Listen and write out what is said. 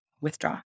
withdraw